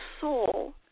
soul